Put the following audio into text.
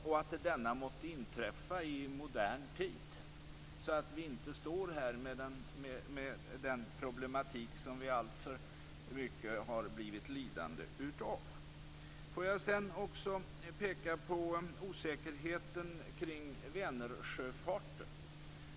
Denna förbättring måtte då inträffa i modern tid så att vi inte står där med den problematik som vi alltför mycket har blivit lidande av. Jag vill också peka på osäkerheten kring Vänernsjöfarten.